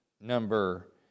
number